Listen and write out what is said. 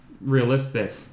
realistic